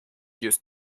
used